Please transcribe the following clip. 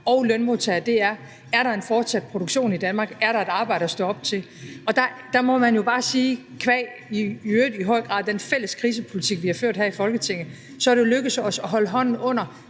og lønmodtagere, er, om der fortsat er en produktion i Danmark, og om der er et arbejde at stå op til. Der må man jo bare sige, at det qua den i øvrigt i høj grad fælles krisepolitik, vi har ført her i Folketinget, er lykkedes os at holde hånden under